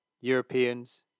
Europeans